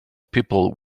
people